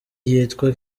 yitwa